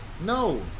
No